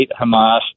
hamas